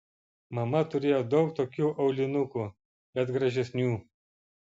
mama turėjo daug tokių aulinukų bet gražesnių